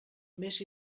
més